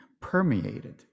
permeated